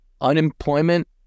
unemployment